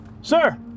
Sir